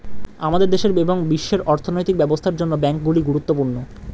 আমাদের দেশের এবং বিশ্বের অর্থনৈতিক ব্যবস্থার জন্য ব্যাংকগুলি গুরুত্বপূর্ণ